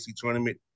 tournament